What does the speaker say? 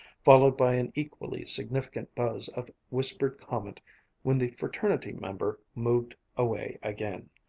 followed by an equally significant buzz of whispered comment when the fraternity member moved away again.